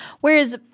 Whereas